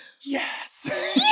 yes